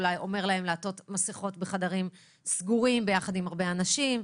אולי אומר להם לעטות מסכות בחדרים סגורים ביחד עם הרבה אנשים.